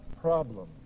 problem